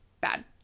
bad